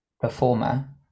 performer